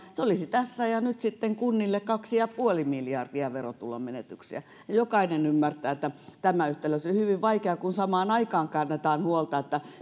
se olisi tässä ja nyt sitten kunnille kaksi ja puoli miljardia verotulonmenetyksiä jokainen ymmärtää että tämä yhtälö on hyvin vaikea kun samaan aikaan kannetaan huolta siitä